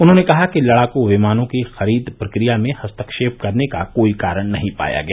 उन्होंने कहा कि लड़ाकू विमानों की खरीद प्रक्रिया में हस्तक्षेप करने का कोई कारण नहीं पाया गया